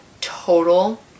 total